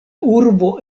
urbo